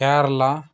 Kerala